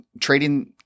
trading